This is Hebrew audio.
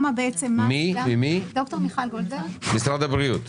אנשי משרד הבריאות,